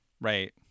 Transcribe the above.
Right